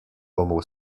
homo